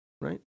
Right